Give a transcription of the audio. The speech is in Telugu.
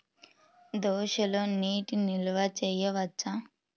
దోసలో నీటి నిల్వ చేయవచ్చా?